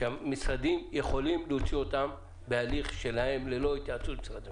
שהמשרדים יכולים להוציא אותן בהליך שלהם ללא התייעצות עם משרד המשפטים.